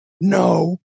No